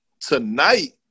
tonight